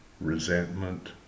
resentment